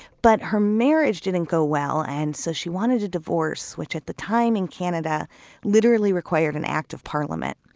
but her marriage didn't go well and so she wanted a divorce, which at the time in canada literally required an act of parliament.